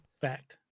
Fact